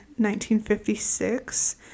1956